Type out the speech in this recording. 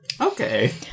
okay